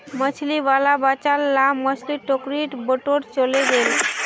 मछली वाला बचाल ला मछली टोकरीत बटोरे चलइ गेले